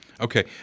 Okay